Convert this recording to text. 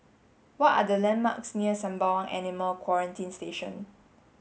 what are the landmarks near Sembawang Animal Quarantine Station